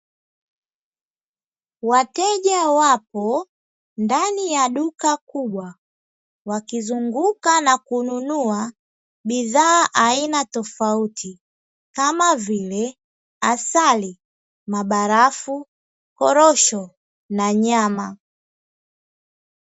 Wateja wapo ndani ya duka kubwa, wakizunguka na kununua bidhaa aina tofauti, kama vile asali, mabarafu, korosho na nyama.